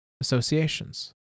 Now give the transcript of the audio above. Associations